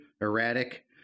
erratic